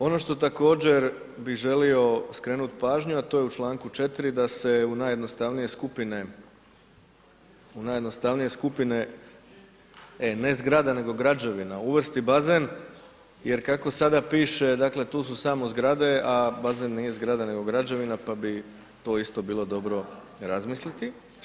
Ono što također bi želio skrenuti pažnju a to je u članku 4. da se u najjednostavnije skupine, u najjednostavnije skupine, e ne zgrada nego građevina uvrsti bazen, jer kako sada piše tu su samo zgrade, a bazen nije zgrada nego građevina, pa bi to isto bilo dobro razmisliti.